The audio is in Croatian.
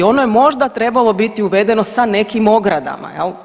Ono je možda trebalo biti uvedeno sa nekim ogradama, je li?